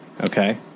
okay